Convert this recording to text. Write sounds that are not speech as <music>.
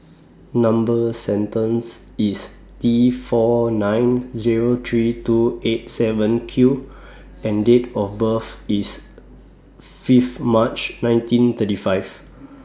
<noise> Number sentence IS T four nine Zero three two eight seven Q and Date of birth IS Fifth March nineteen thirty five